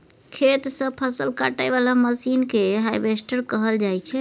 खेत सँ फसल काटय बला मशीन केँ हार्वेस्टर कहल जाइ छै